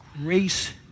grace